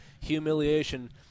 humiliation